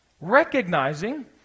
Recognizing